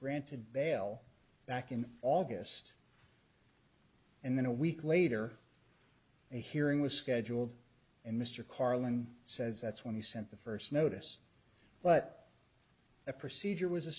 granted bail back in august and then a week later a hearing was scheduled and mr carling says that's when he sent the first notice but the procedure was a